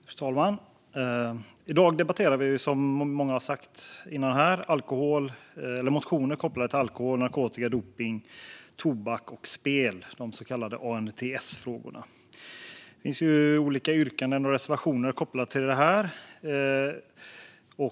Fru talman! I dag debatterar vi, som många har sagt tidigare, motioner kopplade till alkohol, narkotika, dopning, tobak och spel, de så kallade ANDTS-frågorna. Det finns olika förslag till beslut och reservationer kopplade till dessa frågor.